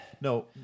No